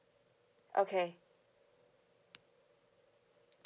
okay